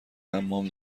حمام